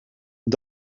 een